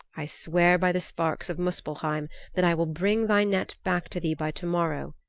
i swear by the sparks of muspelheim that i will bring thy net back to thee by tomorrow,